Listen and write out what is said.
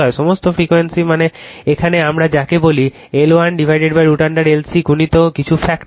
সমস্ত ফ্রিকোয়েন্সি মানে এখানে আমরা যাকে বলি L1√L C গুণিতকিছু ফ্যাক্টর